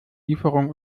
lieferung